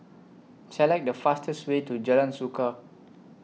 Select The fastest Way to Jalan Suka